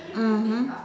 mmhmm